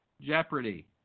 Jeopardy